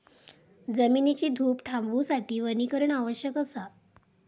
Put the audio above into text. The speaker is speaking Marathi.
जमिनीची धूप थांबवूसाठी वनीकरण आवश्यक असा